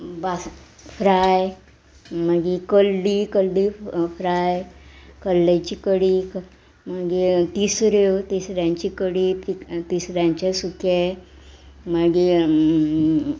बास फ्राय मागी कल्ली कल्ली फ्राय कल्लेची कडी मागीर तिसऱ्यो तिसऱ्यांची कडी तिसऱ्यांचे सुकें मागी